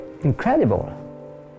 incredible